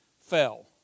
fell